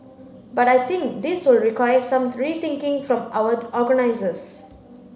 but I think this will require some rethinking from our organisers